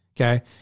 Okay